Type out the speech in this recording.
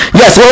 yes